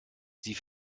sie